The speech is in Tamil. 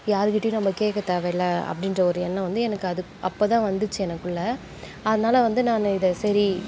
யாருக்கிட்டேயும் நம்ம கேட்கத் தேவையில்லை அப்படின்ற ஒரு எண்ணம் வந்து எனக்கு அது அப்போதான் வந்துச்சு எனக்குள்ளே அதனால் வந்து நான் இதை சரி